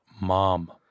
mom